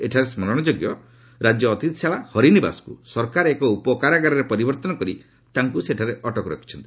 ଏଠାରେ ସ୍କରଣ ଯୋଗ୍ୟ ରାଜ୍ୟ ଅତିଥିଶାଳା ହରିନିବାସକୁ ସରକାର ଏକ ଉପକାରାଗରରେ ପରିବର୍ତ୍ତନ କରି ତାଙ୍କୁ ସେଠାରେ ଅଟକ ରଖିଛନ୍ତି